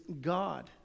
God